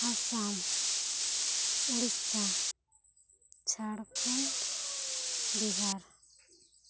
Assam Odisha Jharkhand Bihar